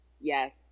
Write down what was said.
yes